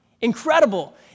Incredible